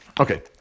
Okay